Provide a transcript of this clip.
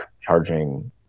Charging